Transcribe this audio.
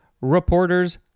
reporters